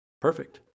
Perfect